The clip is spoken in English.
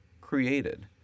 created